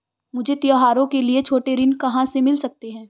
मुझे त्योहारों के लिए छोटे ऋृण कहां से मिल सकते हैं?